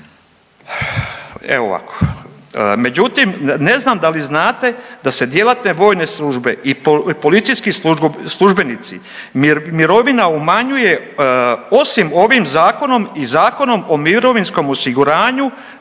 E ovako, međutim ne znam da li znate da se djelatne vojne službe i policijski službenici mirovina umanjuje osim ovim zakonom i Zakonom o mirovinskom osiguranju